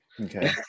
Okay